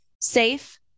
safe